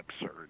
absurd